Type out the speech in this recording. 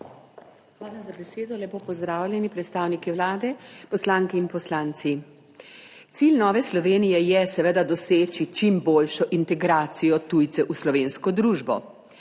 Hvala za besedo. Lepo pozdravljeni predstavniki Vlade, poslanke in poslanci. Cilj Nove Slovenije je seveda doseči čim boljšo integracijo tujcev v slovensko družbo.